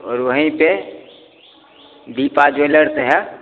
और वहीं पर दीपा ज़्वेलर्स है